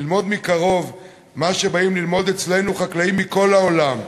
ללמוד מקרוב מה שבאים ללמוד אצלנו חקלאים מכל העולם,